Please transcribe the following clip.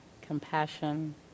compassion